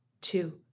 two